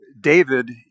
David